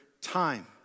time